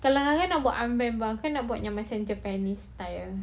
kadang-kadang nak buat ambin tapi nak buat yang macam japanese style